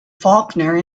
faulkner